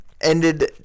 Ended